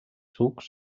sucs